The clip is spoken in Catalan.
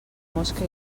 mosca